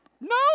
No